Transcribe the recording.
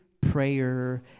prayer